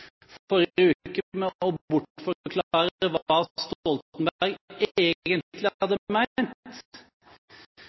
forrige uke med å bortforklare hva Stoltenberg egentlig hadde